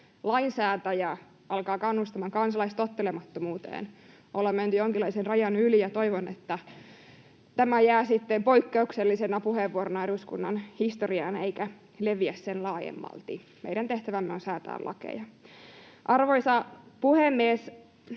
lainsäätäjä alkaa kannustamaan kansalaistottelemattomuuteen, ollaan menty jonkinlaisen rajan yli, ja toivon, että tämä jää sitten poikkeuksellisena puheenvuorona eduskunnan historiaan eikä leviä sen laajemmalti. Meidän tehtävämme on säätää lakeja. Arvoisa puhemies!